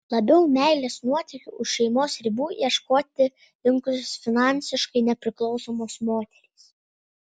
labiau meilės nuotykių už šeimos ribų ieškoti linkusios finansiškai nepriklausomos moterys